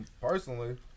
personally